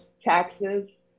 taxes